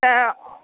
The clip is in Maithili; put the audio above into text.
तऽ